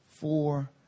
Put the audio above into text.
four